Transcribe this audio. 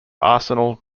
arsenal